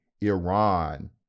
Iran